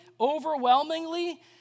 overwhelmingly